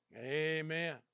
Amen